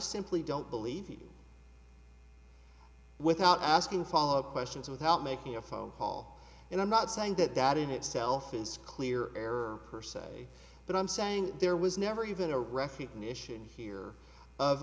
simply don't believe without asking followup questions without making a phone call and i'm not saying that that in itself is clear error per se but i'm saying there was never even a recognition here of